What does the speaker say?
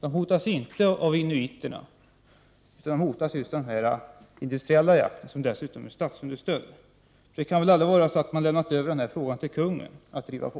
De hotas inte av inuiterna utan av den industriella jakten, som dessutom är statsunderstödd. Det kan väl ändå inte vara så att man har lämnat över denna fråga till kungen när det gäller att driva på.